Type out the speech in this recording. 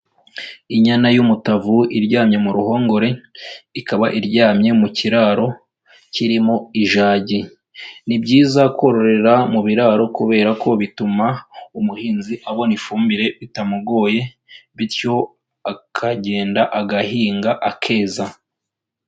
Inyana y'umutavu iryamye mu ruhongore, ikaba iryamye mu kiraro kirimo ijagi. Ni byiza kororera mu biraro kubera ko bituma umuhinzi abona ifumbire bitamugoye bityo akagenda agahinga akeza.